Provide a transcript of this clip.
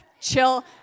Chill